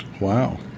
Wow